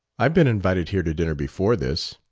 i've been invited here to dinner before this.